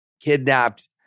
kidnapped